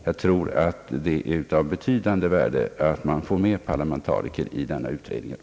Jag tror att det är av betydande värde att man får med parlamentariker i utredningen.